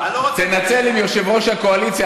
תנצל עם יושב-ראש הקואליציה,